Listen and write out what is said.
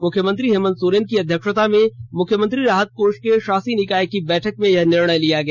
मुख्यमंत्री हेमन्त सोरेन की अध्यक्षता में मुख्यमंत्री राहत कोष के शासी निकाय की बैठक में यह निर्णय लिया गया